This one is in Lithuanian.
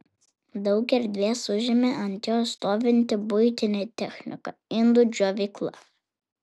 daug erdvės užėmė ant jo stovinti buitinė technika indų džiovykla